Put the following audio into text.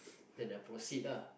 then I proceed ah